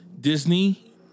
Disney